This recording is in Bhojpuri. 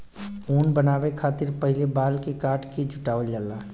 ऊन बनावे खतिर पहिले बाल के काट के जुटावल जाला